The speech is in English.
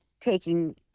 taking